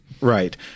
Right